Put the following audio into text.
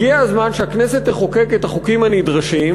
הגיע הזמן שהכנסת תחוקק את החוקים הנדרשים,